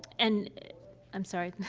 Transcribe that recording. and i'm sorry.